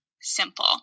simple